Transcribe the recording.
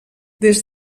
des